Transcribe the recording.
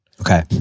Okay